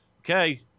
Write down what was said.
okay